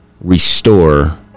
restore